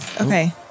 Okay